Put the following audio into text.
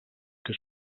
que